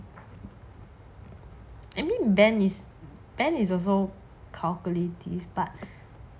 I mean ben is ben is also calculative but